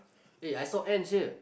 eh I saw ants here